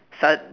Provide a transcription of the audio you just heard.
sad